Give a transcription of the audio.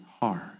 heart